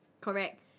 Correct